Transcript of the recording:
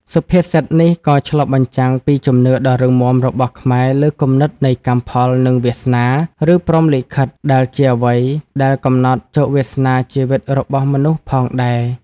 សុភាសិតនេះក៏ឆ្លុះបញ្ចាំងពីជំនឿដ៏រឹងមាំរបស់ខ្មែរលើគំនិតនៃកម្មផល និងវាសនា ឬព្រហ្មលិខិត ដែលជាអ្វីដែលកំណត់ជោគវាសនាជីវិតរបស់មនុស្សផងដែរ។